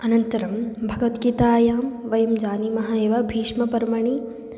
अनन्तरं भगवद्गीतायां वयं जानीमः एव भीष्मपर्वणि